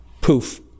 Poof